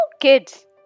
kids